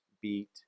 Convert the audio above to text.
beat